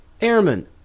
airmen